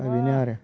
दा बेनो आरो